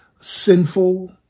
sinful